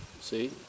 see